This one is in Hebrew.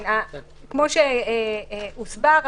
כפי שהוסבר,